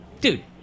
dude